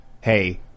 Hey